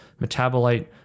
metabolite